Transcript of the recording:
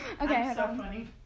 okay